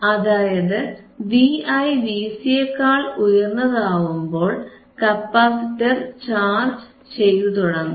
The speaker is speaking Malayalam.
അതായത് Vi Vc യേക്കാൾ ഉയർന്നതാവുമ്പോൾ കപ്പാസിറ്റർ ചാർജ് ചെയ്തു തുടങ്ങും